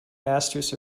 masters